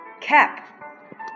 Cap